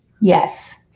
yes